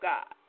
God